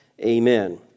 Amen